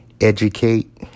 educate